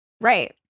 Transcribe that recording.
Right